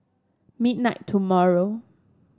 midnight tomorrow